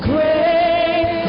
Great